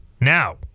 now